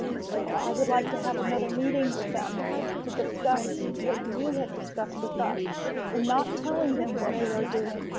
so i would like to have another meeting with them to discuss what you have discussed with us and not telling them what we are doing,